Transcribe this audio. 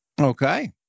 Okay